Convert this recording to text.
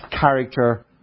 character